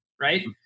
right